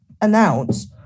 announce